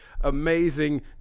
amazing